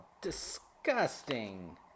disgusting